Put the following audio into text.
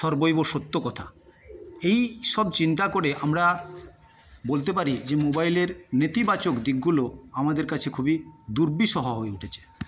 সর্ব্বৈব সত্য কথা এইসব চিন্তা করে আমরা বলতে পারি যে মোবাইলের নেতিবাচক দিকগুলো আমাদের কাছে খুবই দুর্বিষহ হয়ে উঠেছে